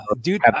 dude